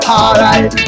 alright